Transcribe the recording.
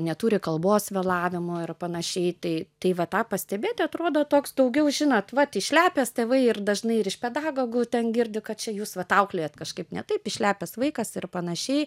neturi kalbos vėlavimo ir panašiai tai tai va tą pastebėti atrodo toks daugiau žinot vat išlepęs tėvai ir dažnai ir iš pedagogų ten girdi kad čia jūs vat auklėjat kažkaip ne taip išlepęs vaikas ir panašiai